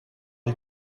les